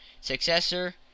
successor